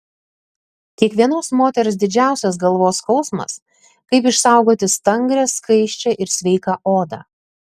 kiekvienos moters didžiausias galvos skausmas kaip išsaugoti stangrią skaisčią ir sveiką odą